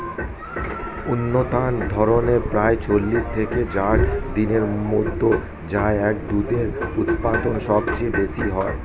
সন্তানধারণের প্রায় চল্লিশ থেকে ষাট দিনের মধ্যে গাই এর দুধের উৎপাদন সবচেয়ে বেশী হয়